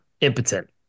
impotent